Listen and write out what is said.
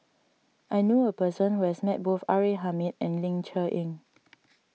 I knew a person who has met both R A Hamid and Ling Cher Eng